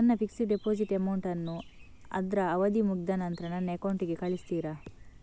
ನನ್ನ fixed deposit amount ಅನ್ನು ಅದ್ರ ಅವಧಿ ಮುಗ್ದ ನಂತ್ರ ನನ್ನ ಅಕೌಂಟ್ ಗೆ ಕಳಿಸ್ತೀರಾ?